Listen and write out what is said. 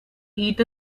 eat